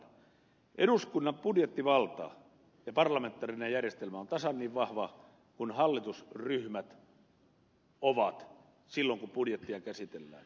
eduskunnan budjettivalta ja parlamentaarinen järjestelmä on tasan niin vahva kuin hallitusryhmät ovat silloin kun budjettia käsitellään